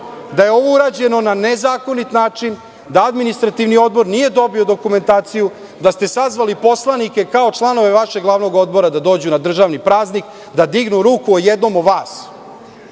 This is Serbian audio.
da je ovo urađeno na nezakonit način, da Administrativni odbor nije dobio dokumentaciju, da ste sazvali poslanike kao članove vašeg glavnog Odbora da dođu na državni praznik, da dignu ruku o jednom od vas,